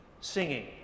singing